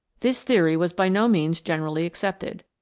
this theory was by no means generally accepted.